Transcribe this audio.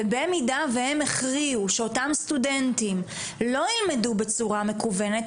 ואם הם הכריעו שאותם סטודנטים לא ילמדו בצורה מקוונת,